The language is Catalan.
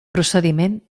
procediment